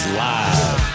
live